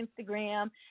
instagram